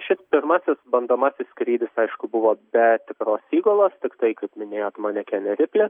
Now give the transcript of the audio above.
šis pirmasis bandomasis skrydis aišku buvo be tikros įgulos tiktai kaip minėjot manekenė riplė